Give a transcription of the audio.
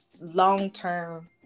long-term